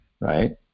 right